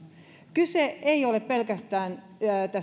kyse ei ole pelkästään